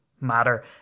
matter